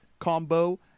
combo